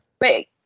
wait